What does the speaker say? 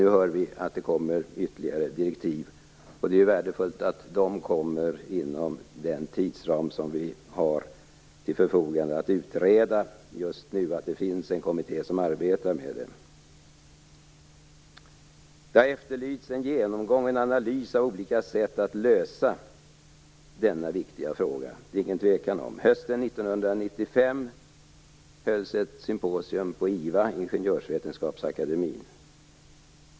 Nu hör vi att det kommer ytterligare direktiv. Det är ju värdefullt att de kommer inom den tidsram som den kommitté som arbetar med frågorna har till förfogande. Hösten 1995 hölls ett symposium på IVA, Ingenjörsvetenskapsakademien.